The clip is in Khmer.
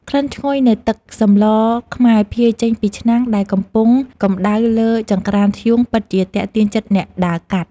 ក្លិនឈ្ងុយនៃទឹកសម្លខ្មែរភាយចេញពីឆ្នាំងដែលកំពុងកម្តៅលើចង្ក្រានធ្យូងពិតជាទាក់ទាញចិត្តអ្នកដើរកាត់។